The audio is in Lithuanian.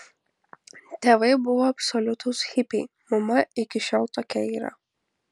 tėvai buvo absoliutūs hipiai mama iki šiol tokia yra